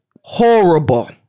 horrible